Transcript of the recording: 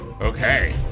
Okay